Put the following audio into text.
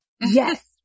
yes